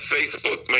Facebook